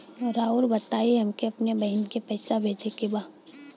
राउर बताई हमके अपने बहिन के पैसा भेजे के बा?